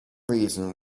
reason